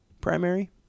primary